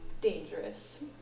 dangerous